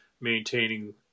maintaining